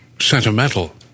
sentimental